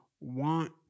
want